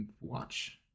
watch